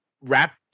rap